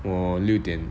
我六点